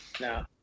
No